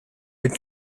had